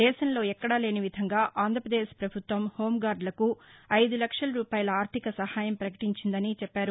దేశంలో ఎక్కడా లేని విధంగా ఆంధ్రప్రదేశ్ ప్రభుత్వం హోంగార్డులకు ఐదు లక్షల రూపాయల ఆర్థిక సహాయం ప్రకటించిందని చెప్పారు